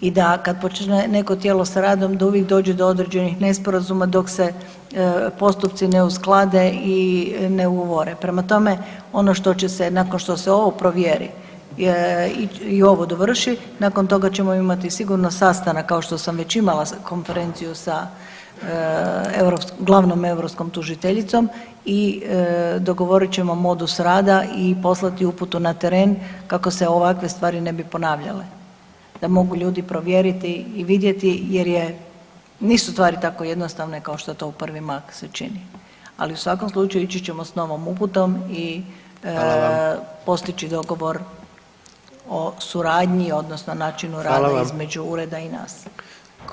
i da kad počinje neko tijelo sa radom da uvijek dođe do određenih nesporazuma dok se postupci ne usklade i ne ... prema tome, ono što će se, nakon što se ovo provjeri, i ovo dovrši, nakon toga ćemo imati sigurno sastanak, kao što sam već imali sa, konferenciju sa europskom, glavnom europskom tužiteljicom i dogovorit ćemo modus rada i poslati uputu na teren kako se ovakve stvari ne bi ponavljale, da mogu ljudi provjeriti i vidjeti jer je, nisu stvari tako jednostavne kao što to u prvi mah se čini, ali u svakom slučaju, ići ćemo s novom uputom i [[Upadica: Hvala vam.]] postići dogovor o suradnji odnosno načinu rada između [[Upadica: Hvala vam.]] i nas.